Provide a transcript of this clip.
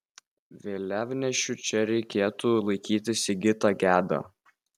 vėliavnešiu čia reikėtų laikyti sigitą gedą